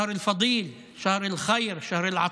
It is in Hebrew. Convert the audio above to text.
החודש הזה עבר מבצע עיוות מאורגן של מוסדות הכיבוש.